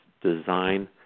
design